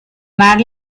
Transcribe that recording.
mar